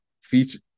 Feature